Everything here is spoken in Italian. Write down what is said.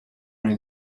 nei